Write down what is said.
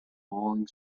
falling